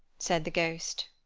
said the ghost.